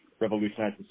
revolutionize